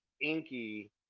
inky